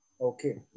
Okay